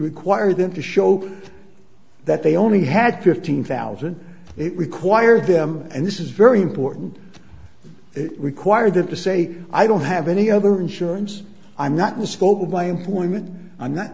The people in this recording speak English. require them to show that they only had fifteen thousand it required them and this is very important it required them to say i don't have any other insurance i'm not in the scope of my employment on